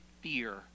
fear